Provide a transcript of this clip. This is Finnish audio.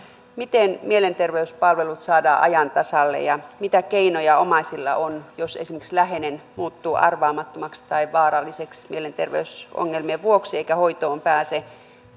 miten mielenterveyspalvelut saadaan ajan tasalle ja mitä keinoja omaisilla on jos esimerkiksi läheinen muuttuu arvaamattomaksi tai vaaralliseksi mielenterveysongelmien vuoksi eikä pääse hoitoon